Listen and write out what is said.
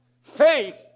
Faith